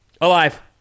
Alive